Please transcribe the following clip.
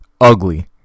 ugly